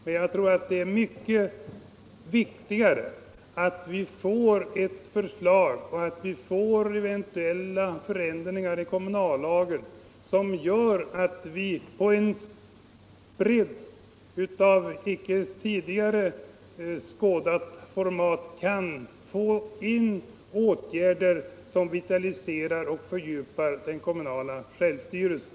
Men jag tror att det är viktigare med sådana förändringar i kommunallagen att vi på en bredd av inte tidigare skådat slag kan få in åtgärder som vitaliserar och fördjupar den kommunala självstyrelsen.